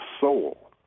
soul